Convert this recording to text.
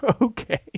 Okay